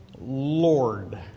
Lord